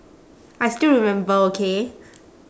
I still remember okay